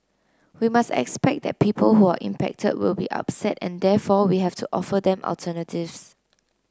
we must expect that people who are impacted will be upset and therefore we have to offer them alternatives